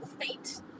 fate